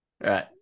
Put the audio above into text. Right